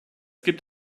gibt